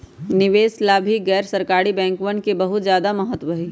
निवेश ला भी गैर सरकारी बैंकवन के बहुत ज्यादा महत्व हई